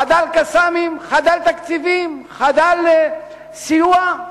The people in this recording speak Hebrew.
חדל "קסאמים" חדל תקציבים, חדל סיוע.